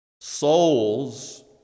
souls